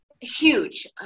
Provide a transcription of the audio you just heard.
huge